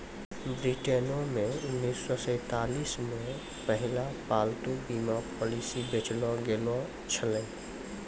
ब्रिटेनो मे उन्नीस सौ सैंतालिस मे पहिला पालतू बीमा पॉलिसी बेचलो गैलो छलै